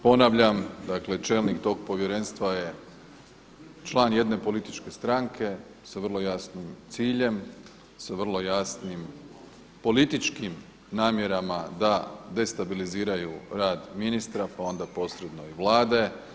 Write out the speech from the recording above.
Ponavljam, dakle čelnik tog povjerenstva je član jedne političke stranke sa vrlo jasnim ciljem, sa vrlo jasnim političkim namjerama da destabiliziraju rad ministra pa onda posredno i Vlade.